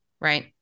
right